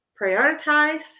prioritize